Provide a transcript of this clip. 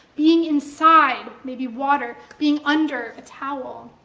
being inside maybe water, being under a towel.